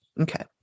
Okay